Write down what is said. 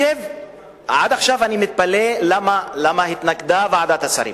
עד עכשיו אני מתפלא למה התנגדה ועדת השרים.